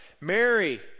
Mary